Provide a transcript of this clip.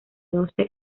doce